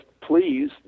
please